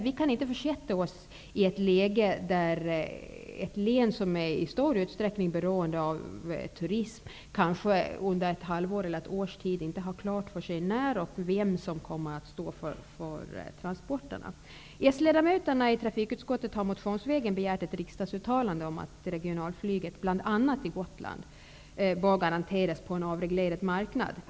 Vi kan inte försätta oss i ett läge där man i ett län som i stor utsträckning är beroende av turism kanske under ett halvår eller ett års tid inte har klart för sig när transporter kan ske och vem som kommer att stå för transporterna. De socialdemokratiska ledamöterna i trafikutskottet har begärt ett riksdagsuttalande om att regionalflyget bl.a. till Gotland bör garanteras på en avreglerad marknad.